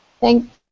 thank